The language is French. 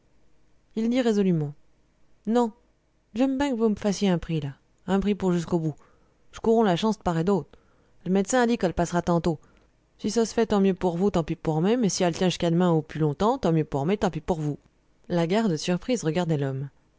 il dit résolument non j'aime ben qu'vô me fassiez un prix là un prix pour jusqu'au bout j'courrons la chance d'part et d'autre l'médecin dit qu'alle passera tantôt si ça s'fait tant mieux pour vous tant pis pour mé ma si all tient jusqu'à demain ou pu longtemps tant mieux pour mé tant pis pour vous la garde surprise regardait l'homme